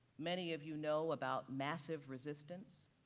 many of you know about massive resistance,